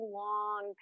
long